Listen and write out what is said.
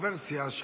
חבר סיעה שלך.